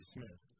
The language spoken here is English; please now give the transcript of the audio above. Smith